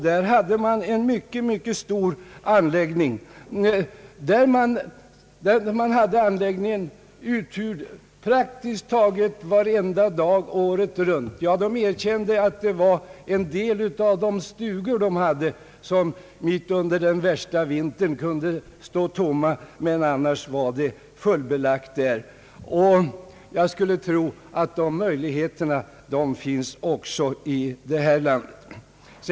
Där fanns en mycket stor anläggning som var uthyrd praktiskt taget varenda dag året runt — man erkände att en del av de stugor som fanns kunde stå tomma mitt under värsta vintern; annars var det fullbelagt där. Jag skulle tro att det finns möjlighet att ordna något liknande också här i landet.